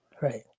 Right